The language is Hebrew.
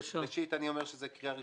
ראשית, אני אומר שזאת קריאה ראשונה.